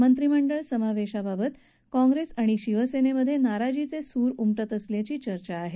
मंत्रिमंडळ समावेशाबाबत काँप्रेस आणि शिवसेनेमधे नाराजीचे सूर उमटत असल्याची चर्चा आहे